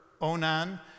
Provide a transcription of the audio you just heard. Onan